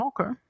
okay